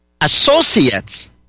associates